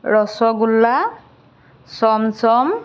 rasgulla chamcham